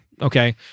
okay